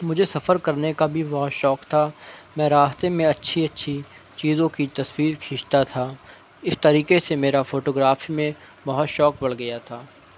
مجھے سفر کرنے کا بھی بہت شوق تھا میں راستے میں اچھی اچھی چیزوں کی تصویر کھینچتا تھا اس طریقے سے میرا فوٹو گرافی میں بہت شوق بڑھ گیا تھا